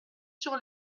sur